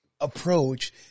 approach